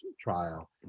trial